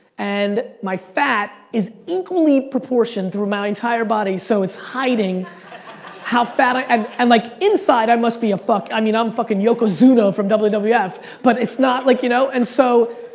and my fat is equally proportioned through my entire body so it's hiding how fat i am and and like inside i must be fuckin' i mean um fuckin' yokozuna from wwf wwf but it's not like, you know. and so,